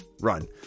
run